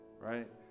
right